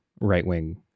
right-wing